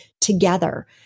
together